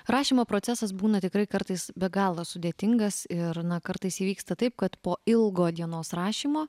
rašymo procesas būna tikrai kartais be galo sudėtingas ir na kartais įvyksta taip kad po ilgo dienos rašymo